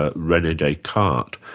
ah rene descartes?